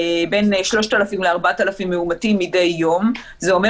בין 3,000 ל-4,000 מאומתים מדי יום זה אומר